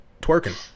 twerking